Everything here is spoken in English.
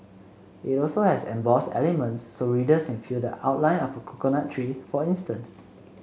it also has embossed elements so readers can feel the outline of a coconut tree for instance